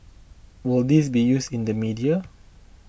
will this be used in the media